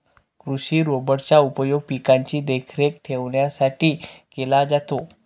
कृषि रोबोट चा उपयोग पिकांची देखरेख ठेवण्यासाठी केला जातो